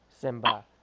Simba